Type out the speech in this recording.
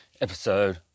episode